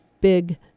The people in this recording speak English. Big